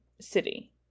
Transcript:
city